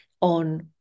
on